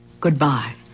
Goodbye